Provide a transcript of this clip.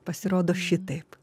pasirodo šitaip